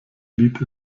lied